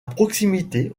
proximité